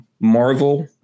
Marvel